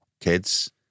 kids